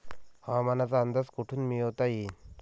हवामानाचा अंदाज कोठून मिळवता येईन?